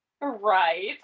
Right